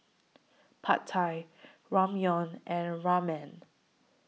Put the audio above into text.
Pad Thai Ramyeon and Ramen